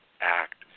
act